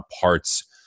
parts